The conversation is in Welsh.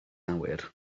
awyr